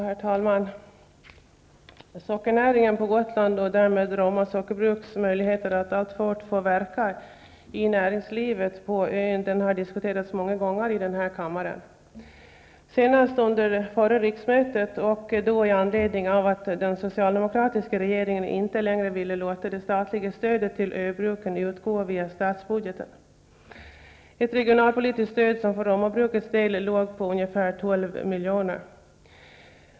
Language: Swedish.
Herr talman! Sockernäringen på Gotland och därmed Roma sockerbruks möjligheter att alltfort få verka i näringslivet på ön har diskuterats många gånger i denna kammare. Senast var det under förra riksmötet, i anledning av att den socialdemokratiska regeringen inte längre ville låta det statliga stödet till öbruken utgå via statsbudgeten -- ett regionalpolitiskt stöd som för Romabrukets del låg på ca 12 miljoner.